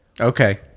Okay